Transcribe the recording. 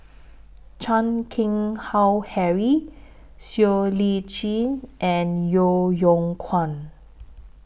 Chan Keng Howe Harry Siow Lee Chin and Yeo Yeow Kwang